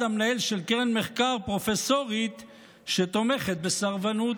המנהל של קרן מחקר פרופסורית שתומכת בסרבנות,